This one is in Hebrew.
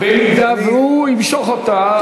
אם הוא ימשוך אותה,